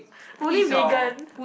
only Megan